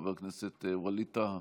חבר הכנסת ווליד טאהא.